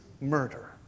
murder